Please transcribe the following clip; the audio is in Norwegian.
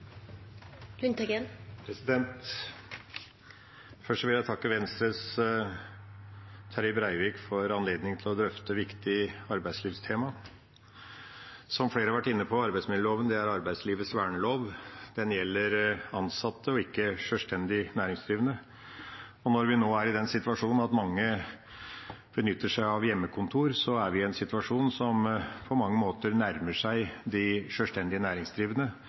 Først vil jeg takke Venstres Terje Breivik for anledningen til å drøfte et viktig arbeidslivstema. Som flere har vært inne på, er arbeidsmiljøloven arbeidslivets vernelov. Den gjelder ansatte og ikke sjølstendig næringsdrivende. Og når nå mange benytter seg av hjemmekontor, er vi i en situasjon som på mange måter nærmer seg de